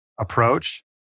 approach